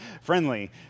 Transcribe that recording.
friendly